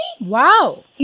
Wow